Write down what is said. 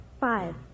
Five